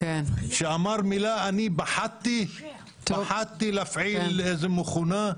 בגלל שאמר מילה אני פחדתי איזו מכונה?